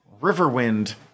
Riverwind